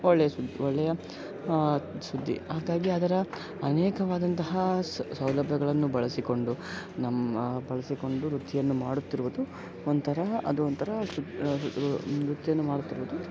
ಒಳ್ಳೆಯ ಸುದ್ದಿ ಒಳ್ಳೆಯ ಸುದ್ದಿ ಹಾಗಾಗಿ ಅದರ ಅನೇಕವಾದಂತಹ ಸೌಲಭ್ಯಗಳನ್ನು ಬಳಸಿಕೊಂಡು ನಮ್ಮ ಬಳಸಿಕೊಂಡು ವೃತ್ತಿಯನ್ನು ಮಾಡುತ್ತಿರುವುದು ಒಂಥರ ಅದು ಒಂಥರ ವೃತ್ತಿಯನ್ನು ಮಾಡುತ್ತಿರುವುದು